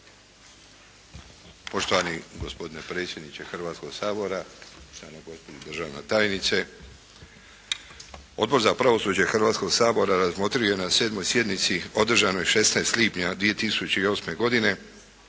Poštovani gospodine predsjedniče Hrvatskoga sabora, poštovana gospođo državna tajnice. Odbor za pravosuđe Hrvatskoga sabora razmotrio je na 7. sjednici održanoj 16. lipnja 2008. godine